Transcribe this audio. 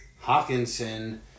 Hawkinson